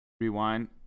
rewind